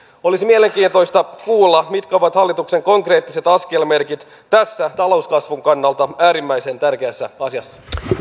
olisi mielenkiintoista kuulla mitkä ovat hallituksen konkreettiset askelmerkit tässä talouskasvun kannalta äärimmäisen tärkeässä asiassa